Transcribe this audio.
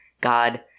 God